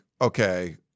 okay